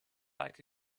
like